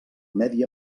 medi